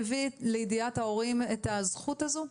מביא לידיעת ההורים את הזכות הזו?